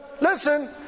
listen